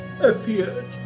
appeared